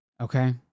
Okay